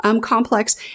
complex